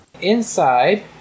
Inside